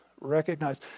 recognize